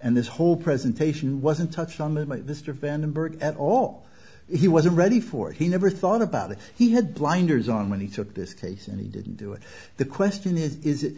and this whole presentation wasn't touched on that my sister vandenberg at all he wasn't ready for he never thought about it he had blinders on when he took this case and he didn't do it the question is is it